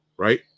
Right